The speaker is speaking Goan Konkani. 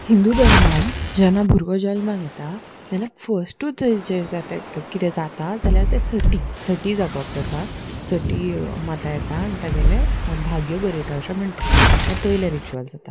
हिंदू धर्मान जेन्ना भुरगो जल्माक येता तेन्ना फस्टूच जे ते कितें जाता जाल्यार ते सटी सटी जागोप जाता सटी माता येता आनी तागेले भाग्य बरयता अशें म्हणटा हें पयले रिचुअल्स जाता